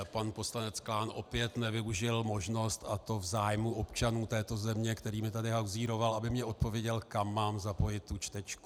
Pan poslanec Klán opět nevyužil možnost, a to v zájmu občanů této země, kterými tady hauzíroval, aby mi odpověděl, kam mám zapojit tu čtečku.